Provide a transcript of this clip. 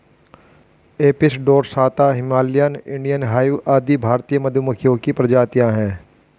Apis dorsata, Himalayan, Indian hive आदि भारतीय मधुमक्खियों की प्रजातियां है